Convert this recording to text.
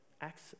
acts